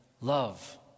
love